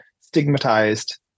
stigmatized